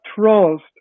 trust